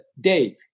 Dave